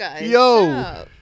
Yo